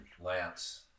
Lance